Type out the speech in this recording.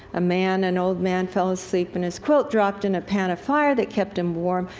a man, an old man, fell asleep, and his quilt dropped in a pan of fire that kept him warm.